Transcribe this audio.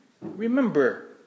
remember